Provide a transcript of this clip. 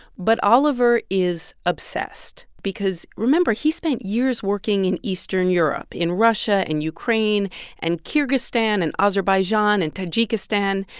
but oliver is obsessed because, remember he spent years working in eastern europe, in russia and ukraine and kyrgyzstan and azerbaijan and tajikistan.